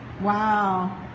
Wow